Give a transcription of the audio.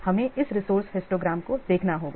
हमें इस resource histogram को देखना होगा